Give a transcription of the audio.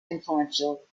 influential